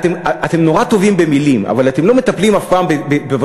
אתם נורא טובים במילים אבל אתם לא מטפלים אף פעם בשורש.